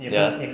ya